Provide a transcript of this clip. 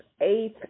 eighth